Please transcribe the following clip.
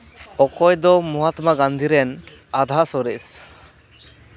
ᱚᱠᱚᱭ ᱫᱚ ᱢᱚᱦᱟᱛᱢᱟ ᱜᱟᱹᱱᱫᱷᱤ ᱨᱮᱱ ᱟᱫᱷᱟ ᱥᱚᱨᱮᱥ